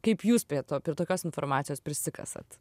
kaip jūs prie to prie tokios informacijos prisikasat